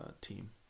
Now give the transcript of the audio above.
team